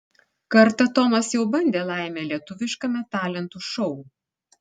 kartą tomas jau bandė laimę lietuviškame talentų šou